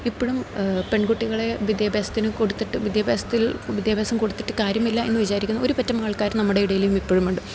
ഇപ്പഴും പെൺകുട്ടികളെ വിദ്യാഭ്യാസത്തിന് കൊടുത്തിട്ട് വിദ്യാഭ്യാസത്തിൽ വിദ്യാഭ്യാസം കൊടുത്തിട്ട് കാര്യമില്ല എന്ന് വിചാരിക്കുന്ന ഒരു പറ്റം ആൾക്കാര് നമ്മുടെ ഇടയിലും ഇപ്പോഴുമുണ്ട്